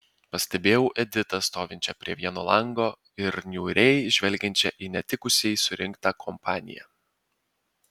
pastebėjau editą stovinčią prie vieno lango ir niūriai žvelgiančią į netikusiai surinktą kompaniją